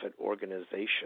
organization